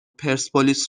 پرسپولیس